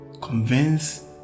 convince